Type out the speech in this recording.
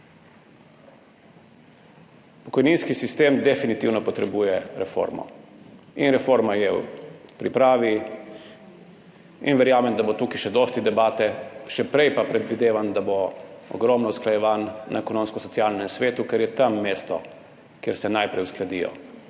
Pokojninski sistem definitivno potrebuje reformo in reforma je v pripravi. Verjamem, da bo tukaj še dosti debate, še prej pa, predvidevam, bo ogromno usklajevanj na Ekonomsko-socialnem svetu, ker je tam mesto, kjer se najprej uskladijo